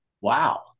Wow